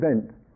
event